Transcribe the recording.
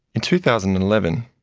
in two thousand and eleven,